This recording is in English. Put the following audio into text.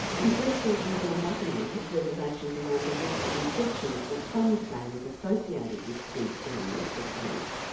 and breast surgeon john buckingham has reservations around the risk of infection that some say is associated with skin-sparing mastectomies.